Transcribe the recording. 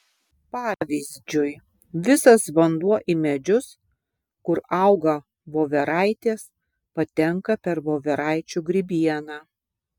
pavyzdžiui visas vanduo į medžius kur auga voveraitės patenka per voveraičių grybieną